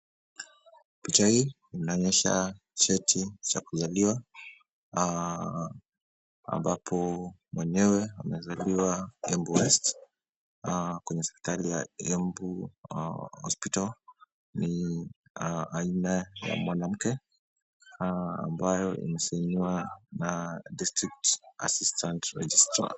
Picha hii inanionyesha cheti cha kuzaliwa ambapo mwenyewe amezaliwa Embu westkwenye hospitali ya Embu hospital. Ni aina ya mwanamke ambayo imesainiwa na district assistant registrar .